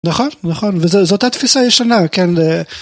נכון, נכון, וזאת התפיסה הישנה, כן.